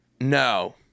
No